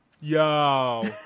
Yo